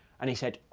and he said,